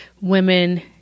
women